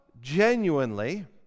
genuinely